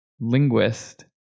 linguist